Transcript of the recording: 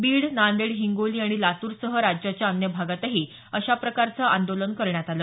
बीड नांदेड हिंगोली आणि लातूरसह राज्याच्या अन्य भागातही अशा प्रकारचं आंदोलन करण्यात आलं